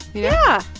yeah